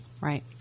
Right